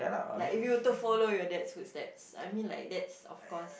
like if you were to follow your dad's footsteps I mean like dad's of course